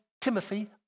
Timothy